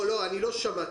דקה, עידו, לא שמעתי.